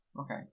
Okay